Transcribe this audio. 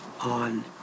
on